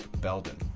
Belden